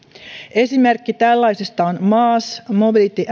esimerkki tällaisesta on maas mobility